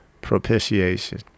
Propitiation